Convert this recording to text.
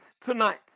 tonight